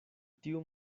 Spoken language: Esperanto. tiu